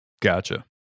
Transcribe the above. Gotcha